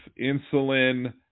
insulin